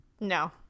No